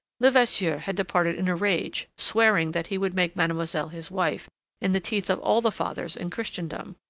levasseur had departed in a rage, swearing that he would make mademoiselle his wife in the teeth of all the fathers in christendom,